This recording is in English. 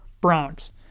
Browns